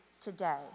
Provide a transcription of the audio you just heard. today